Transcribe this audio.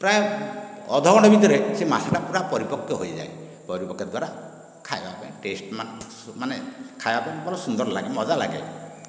ପ୍ରାୟ ଅଧ ଘଣ୍ଟା ଭିତରେ ସେ ମାଂସଟା ପୁରା ପରିପକ୍ଵ ହୋଇଯାଏ ପରିପକ୍ଵ ଦ୍ବାରା ଖାଇବା ପାଇଁ ଟେଷ୍ଟ ମାନେ ଖାଇବା ପାଇଁ ପୁରା ସୁନ୍ଦର ଲାଗେ ମଜାଲାଗେ